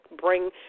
bring